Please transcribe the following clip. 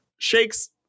shakes